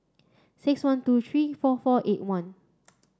six one two three four four eight one